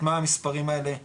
את מה המספרים האלה מבטאים,